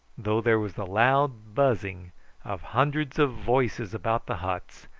though there was the loud buzzing of hundreds of voices about the huts,